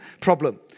problem